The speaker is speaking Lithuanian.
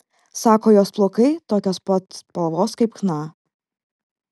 sako jos plaukai tokios pat spalvos kaip chna